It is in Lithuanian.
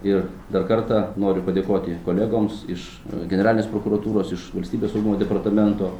ir dar kartą noriu padėkoti kolegoms iš generalinės prokuratūros iš valstybės saugumo departamento